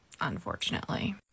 unfortunately